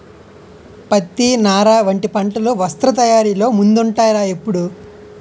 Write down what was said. పత్తి, నార వంటి పంటలు వస్త్ర తయారీలో ముందుంటాయ్ రా ఎప్పుడూ